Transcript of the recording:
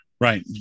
Right